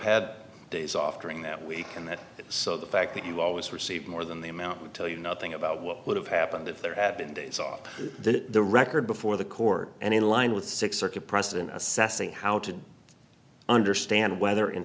had days off during that week and that so the fact that you always received more than the amount would tell you nothing about what would have happened if there had been days off the record before the court and in line with six circuit precedent assessing how to understand whether in